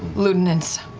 ludinus,